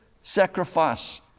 sacrifice